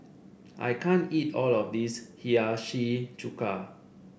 I can't eat all of this Hiyashi Chuka